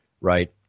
right